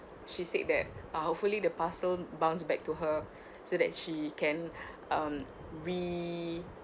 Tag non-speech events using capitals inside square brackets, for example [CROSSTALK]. she said that uh hopefully the parcel bounce back to her [BREATH] so that she can [BREATH] um